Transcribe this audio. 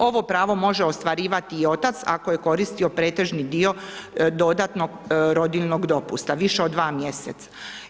Ovo pravo može ostvarivati i otac ako je koristio pretežni dio dodatnog rodiljnog dopusta, više od dva mjeseca.